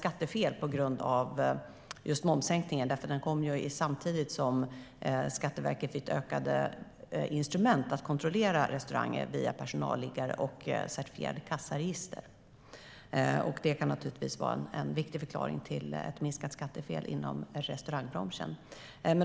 Samtidigt som momssänkningen kom fick Skatteverket ökad möjlighet att kontrollera restauranger via personalliggare och certifierade kassaregister, och det kan givetvis vara en viktig förklaring till ett minskat skattefel inom restaurangbranschen.